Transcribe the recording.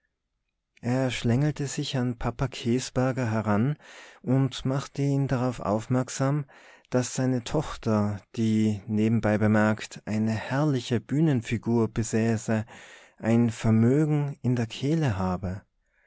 er schlängelte sich an papa käsberger heran und machte ihn darauf aufmerksam daß seine tochter die nebenbei bemerkt eine herrliche bühnenfigur besäße ein vermögen in der kehle habe